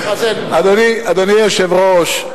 אדוני היושב-ראש,